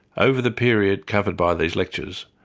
over the period covered by these lectures,